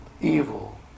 evil